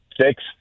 six